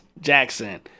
Jackson